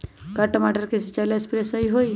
का टमाटर के सिचाई ला सप्रे सही होई?